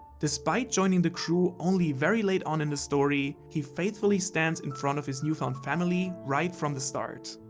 despite joining the crew only very late on in the story, he faithfully stands in front of his newfound family right from the start.